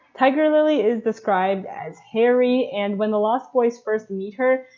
tiger lily is described as hairy, and when the lost boys first meet her,